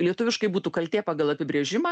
lietuviškai būtų kaltė pagal apibrėžimą